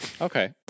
Okay